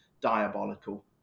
diabolical